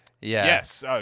Yes